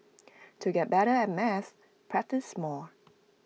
to get better at maths practise more